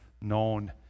known